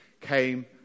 came